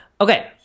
Okay